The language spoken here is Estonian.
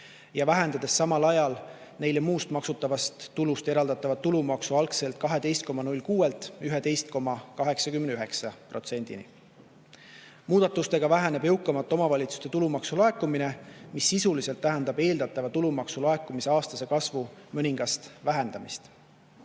vähendades samal ajal neile muust maksustatavast tulust eraldatavat tulumaksu algselt 12,06%-lt 11,89%-ni. Muudatustega väheneb jõukamate omavalitsuste tulumaksulaekumine, mis sisuliselt tähendab tulumaksu eeldatava laekumise aastase kasvu mõningast vähenemist.